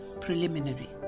Preliminary